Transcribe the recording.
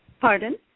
Pardon